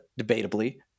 debatably